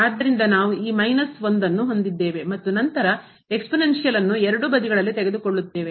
ಆದ್ದರಿಂದ ನಾವು ಈ ಮತ್ತು ನಂತರ exponential ನ್ನು ಘಾತೀಯವನ್ನು ಎರಡೂ ಬದಿಗಳನ್ನು ತೆಗೆದುಕೊಳ್ಳುತ್ತೇವೆ